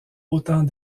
autant